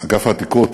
אגף העתיקות